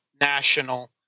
national